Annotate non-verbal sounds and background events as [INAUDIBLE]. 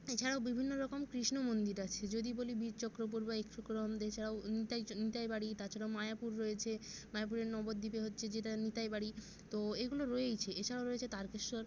এছাড়াও বিভিন্ন রকম কৃষ্ণ মন্দির আছে যদি বলি বীরচক্রপুর বা [UNINTELLIGIBLE] এছাড়াও নিতাই চ নিতাইবাড়ি তাছাড়াও মায়াপুর রয়েছে মায়াপুরের নবদ্বীপে হচ্ছে যেটা নিতাইবাড়ি তো এইগুলো রয়েইছে এছাড়াও রয়েছে তারকেশ্বর